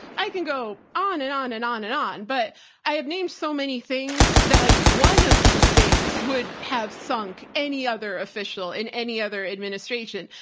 i can go on and on and on and on, but i have named so many things that like one of these things would have sunk any other official in any other administration.